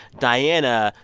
diana,